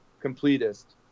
completest